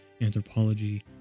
anthropology